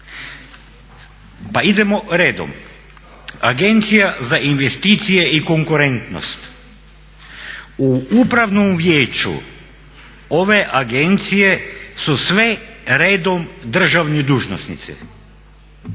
Pa idemo redom. Agencija za investicije i konkurentnost. U Upravnom vijeću ove agencije su sve redom državni dužnosnici,